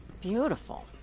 Beautiful